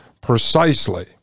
precisely